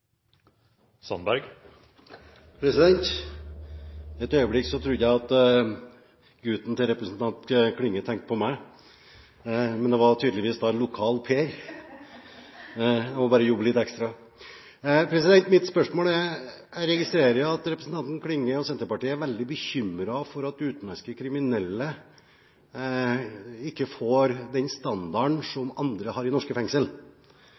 nye. Et øyeblikk trodde jeg at gutten til representanten Klinge tenkte på meg, men det var tydeligvis en lokal Per, så jeg må vel bare jobbe litt ekstra. Jeg registrerer at Senterpartiet og representanten Klinge er veldig bekymret for at utenlandske kriminelle ikke får den standarden som andre har i norske